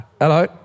Hello